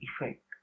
effect